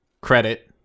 credit